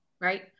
right